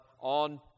on